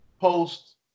post